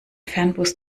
fernbus